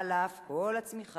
על אף כל הצמיחה,